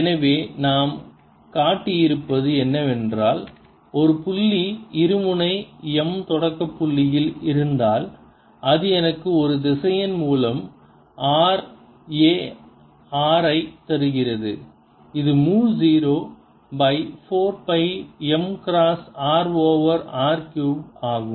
எனவே நாம் காட்டியிருப்பது என்னவென்றால் ஒரு புள்ளி இருமுனை m தொடக்கப் புள்ளியில் இருந்தால் இது எனக்கு ஒரு திசையன் புலம் r A r ஐ தருகிறது இது மு zero pi 4 pi m cross r over r cube ஆகும்